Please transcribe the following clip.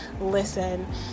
listen